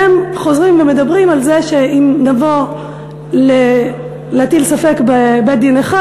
והם חוזרים ומדברים על זה שאם נבוא להטיל ספק בבית-דין אחד,